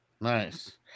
Nice